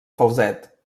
falset